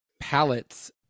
pallets